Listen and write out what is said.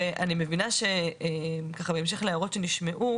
ואני מבינה שבהמשך להערות שנשמעו